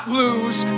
lose